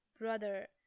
brother